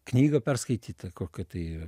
knyga perskaityta kokia tai